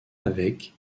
avec